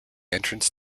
entrance